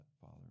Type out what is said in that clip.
Father